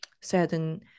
certain